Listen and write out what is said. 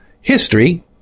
History